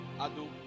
Ado